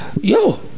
Yo